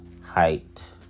height